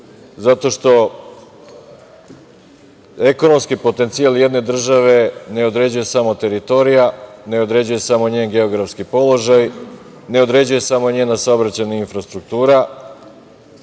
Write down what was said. zato što ekonomski potencijal jedne države ne određuje samo teritorija, ne određuje samo njen geografski položaj, ne određuje samo njena saobraćajna infrastruktura,